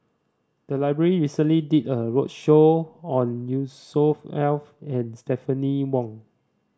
the library recently did a roadshow on Yusnor Ef and Stephanie Wong